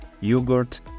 yogurt